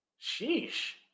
sheesh